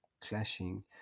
clashing